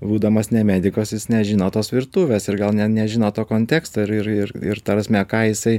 būdamas ne medikas jis nežino tos virtuvės ir gal net nežino to konteksto ir ir ir ir ta prasme ką jisai